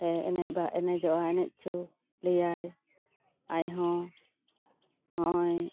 ᱮᱱᱮᱡ ᱫᱚ ᱮᱱᱮᱡᱚᱜᱟᱭ ᱮᱱᱮᱡ ᱚᱪᱚ ᱞᱮᱭᱟᱭ ᱟᱡᱦᱚᱸ ᱦᱚᱜᱼᱚᱭ